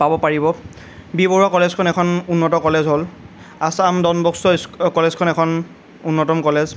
পাব পাৰিব বি বৰুৱা কলেজখন এখন উন্নত কলেজ হ'ল আসাম ডনবস্কো কলেজখন এখন উন্নত কলেজ